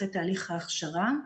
אחרי תהליך ההכשרה,